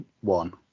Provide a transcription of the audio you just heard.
one